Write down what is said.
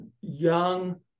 young